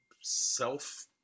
self